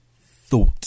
thought